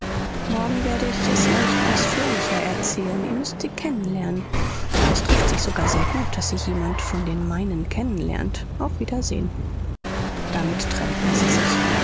morgen werde ich es euch ausführlicher erzählen ihr müßt sie kennen lernen es trifft sich sogar sehr gut daß sie jemand von den meinen kennen lernt auf wiedersehen damit trennten sie sich